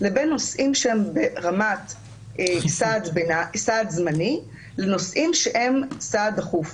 לבין נושאים שהם ברמת סעד זמני לנושאים שהם סעד דחוף.